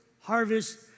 harvest